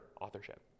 authorship